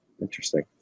Interesting